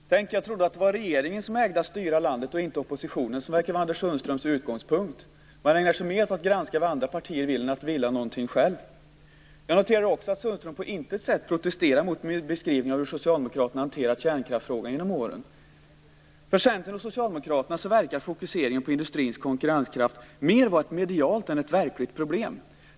Herr talman! Tänk jag trodde att det var regeringen som ägde att styra landet och inte oppositionen, som verkar vara Anders Sundströms utgångspunkt. Man ägnar sig mer åt att granska vad andra partier vill än att vilja något själv. Jag noterade också att Anders Sundström på intet sätt protesterade mot min beskrivning av hur socialdemokraterna har hanterat kärnkraftsfrågan genom åren. För Centern och Socialdemokraterna verkar fokuseringen på industrins konkurrenskraft mer vara ett medialt än ett verkligt problem.